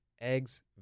eggs